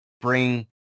bring